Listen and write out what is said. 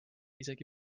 isegi